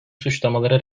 suçlamaları